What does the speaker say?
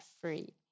free